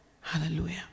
Hallelujah